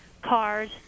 cars